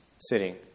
sitting